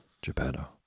Geppetto